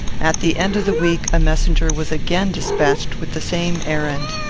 at the end of the week, a messenger was again despatched with the same errand.